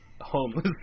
homeless